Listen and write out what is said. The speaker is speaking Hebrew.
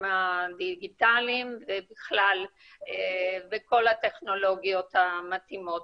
הדיגיטליים ובכלל בכל הטכנולוגיות המתאימות.